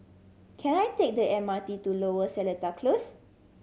can I take the M R T to Lower Seletar Close